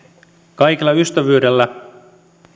kaikella ystävyydellä